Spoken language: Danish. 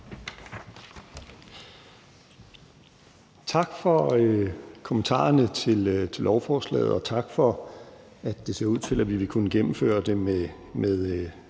Tak for kommentarerne til lovforslaget og tak for, at det ser ud til, at vi vil kunne gennemføre det med